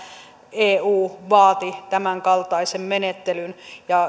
eu vaati tämänkaltaisen menettelyn